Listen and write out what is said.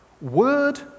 Word